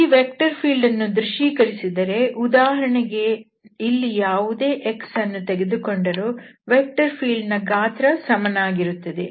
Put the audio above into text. ಈ vector field ಅನ್ನು ದೃಶ್ಯೀಕರಿಸಿದರೆ ಉದಾಹರಣೆಗೆ ಇಲ್ಲಿ ಯಾವುದೇ x ಅನ್ನು ತೆಗೆದುಕೊಂಡರೂ ವೆಕ್ಟರ್ ಫೀಲ್ಡ್ ನ ಗಾತ್ರ ಸಮನಾಗಿರುತ್ತದೆ